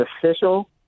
official